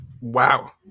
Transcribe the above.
Wow